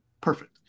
perfect